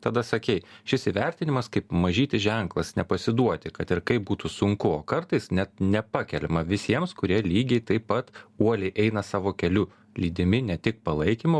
tada sakei šis įvertinimas kaip mažytis ženklas nepasiduoti kad ir kaip būtų sunku o kartais net nepakeliama visiems kurie lygiai taip pat uoliai eina savo keliu lydimi ne tik palaikymo